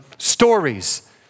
stories